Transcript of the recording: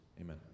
Amen